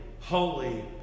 holy